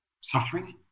suffering